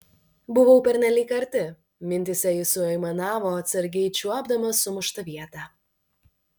buvau pernelyg arti mintyse ji suaimanavo atsargiai čiuopdama sumuštą vietą